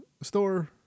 store